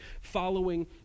following